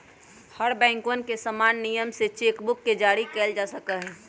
हर बैंकवन में समान नियम से चेक बुक के जारी कइल जा सका हई